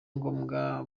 ngombwa